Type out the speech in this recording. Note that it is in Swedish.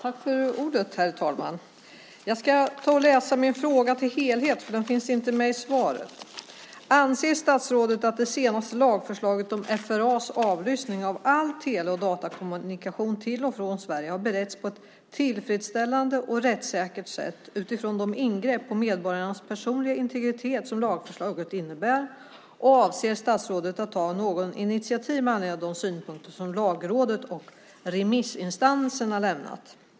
Herr talman! Jag ska läsa min fråga i sin helhet. Den finns inte med i svaret: Anser statsrådet att det senaste lagförslaget om FRA:s avlyssning av all tele och datakommunikation till och från Sverige har beretts på ett tillfredsställande och rättssäkert sätt utifrån de ingrepp på medborgarnas personliga integritet som lagförslaget innebär och avser statsrådet att ta några initiativ med anledning av de synpunkter som Lagrådet och remissinstanserna lämnat?